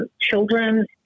children